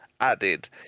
added